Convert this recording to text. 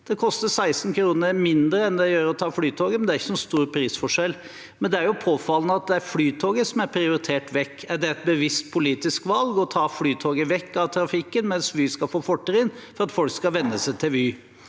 Det koster 16 kr mindre enn det gjør å ta Flytoget, men det er ikke noen stor prisforskjell. Likevel er det jo påfallende at det er Flytoget som er prioritert vekk. Er det et bevisst politisk valg å ta Flytoget vekk fra trafikken, mens Vy skal få fortrinn for at folk skal venne seg til Vy?